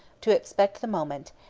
to expect the moment,